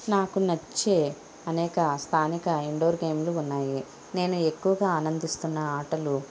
నాకు నచ్చే అనేక స్థానిక ఇండోర్ గేమ్లు ఉన్నాయి నేను ఎక్కువగా ఆనందిస్తున్న ఆటలు